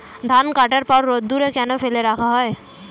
ধান কাটার পর রোদ্দুরে কেন ফেলে রাখা হয়?